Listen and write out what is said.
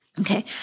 Okay